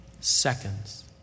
seconds